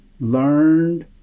learned